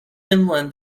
inland